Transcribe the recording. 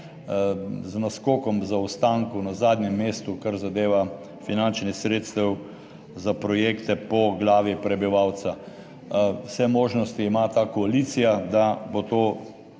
z naskokom zaostankov na zadnjem mestu, kar zadeva finančnih sredstev za projekte po glavi prebivalca. Vse možnosti ima ta koalicija, da bo to